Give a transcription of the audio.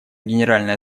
генеральной